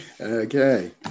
Okay